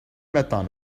matin